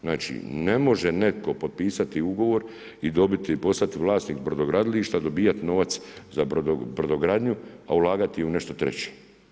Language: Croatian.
Znači ne može netko potpisati ugovor i dobiti, poslati vlasnik brodogradilišta, dobivati novac za brodogradnju, a ulagati u nešto treće.